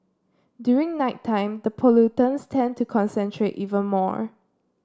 during nighttime the pollutants tend to concentrate even more